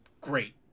great